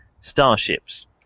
starships